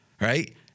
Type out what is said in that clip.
right